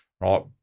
right